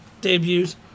Debuts